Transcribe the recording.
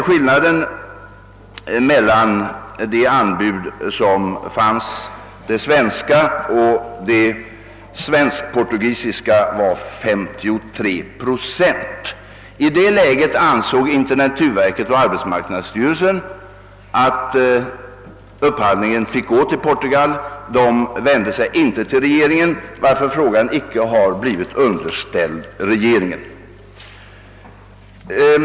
Skillnaden mellan det svenska anbud som fanns och det svensk-portugisiska anbudet var 53 procent, och i det läget ansåg intendenturverket och arbetsmarknadsstyrelsen att upphandlingen fick gå till Portugal. De vände sig inte till regeringen, och frågan har alltså inte underställts regeringen.